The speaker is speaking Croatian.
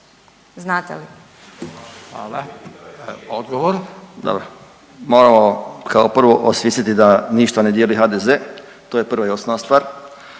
(Socijaldemokrati)** Dobro, moramo kao prvo osvijestiti da ništa ne dijeli HDZ. To je prva i osnovna stvar.